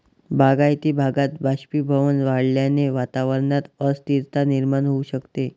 बागायती भागात बाष्पीभवन वाढल्याने वातावरणात अस्थिरता निर्माण होऊ शकते